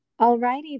Alrighty